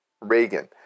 Reagan